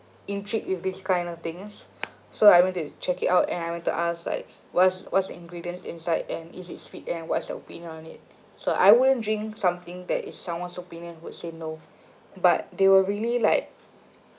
intrigued with this kind of things so I went to check it out and I went to ask like what's what's the ingredients inside and is it sweet and what's the winner on it so I will drink something that is someone's opinion would say no but they were really like